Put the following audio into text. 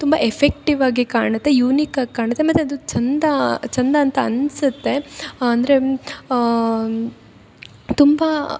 ತುಂಬ ಎಫೆಕ್ಟಿವ್ ಆಗಿ ಕಾಣುತ್ತೆ ಯುನಿಕ್ ಆಗಿ ಕಾಣುತ್ತೆ ಮತ್ತು ಅದು ಚಂದಾ ಚಂದ ಅಂತ ಅನಿಸುತ್ತೆ ಅಂದರೆ ತುಂಬ